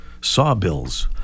sawbills